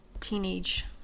teenage